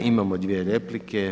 Imamo dvije replike.